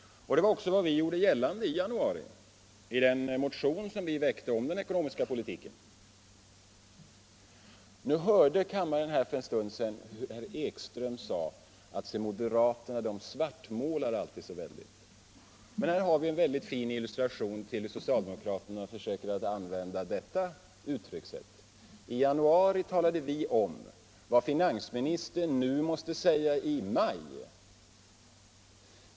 Det var också vad vi gjorde gällande i januari i den motion som vi väckte om den ekonomiska politiken. Nu hörde kammaren för en stund sedan att herr Ekström sade att moderaterna alltid svartmålar så väldigt. Men här har vi en mycket fin illustration till hur socialdemokraterna försöker använda detta uttryckssätt. I januari talade vi om vad finansministern nu måste säga i maj.